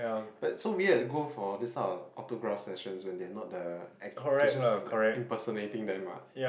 but so weird go for this type of autograph session when they are not the act they just like impersonating them what